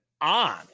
on